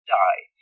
die